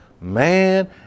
man